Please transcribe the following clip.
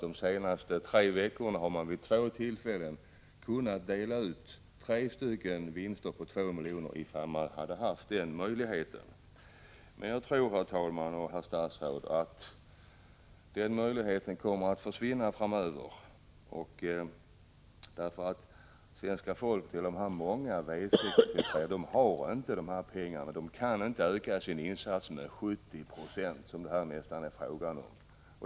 De senaste tre veckorna hade man vid två tillfällen kunnat dela ut tre vinster på 2 miljoner, ifall man hade haft den möjligheten. Jag tror dock att den möjligheten kommer att försvinna framöver. Svenska folket kan inte öka sin insats med nästan 70 76 som det här är fråga om.